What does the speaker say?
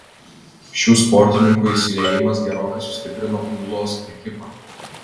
šių sportininkų įsiliejimas gerokai sustiprino ūlos ekipą